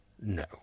no